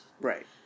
Right